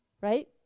Right